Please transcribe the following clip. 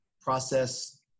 process